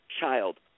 child